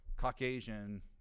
Caucasian